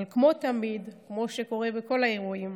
אבל כמו תמיד, כמו שקורה בכל האירועים,